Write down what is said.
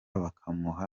bakamuha